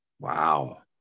Wow